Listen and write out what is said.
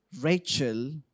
Rachel